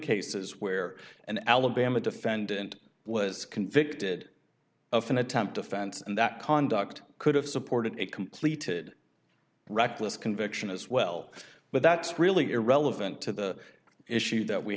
cases where an alabama defendant was convicted of an attempt offense and that conduct could have supported a completed reckless conviction as well but that's really irrelevant to the issue that we